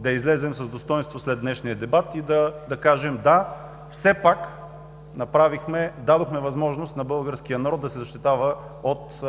да излезем с достойнство след днешния дебат и да кажем: „Да, все пак дадохме възможност на българския народ да се защитава от